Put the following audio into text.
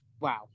Wow